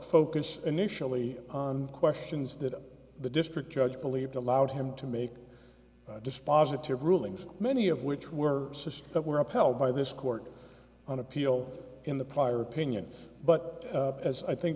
focus initially on questions that the district judge believed allowed him to make dispositive rulings many of which were system that were upheld by this court on appeal in the prior opinions but as i think